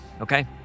Okay